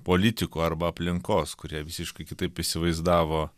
politikų arba aplinkos kurie visiškai kitaip įsivaizdavo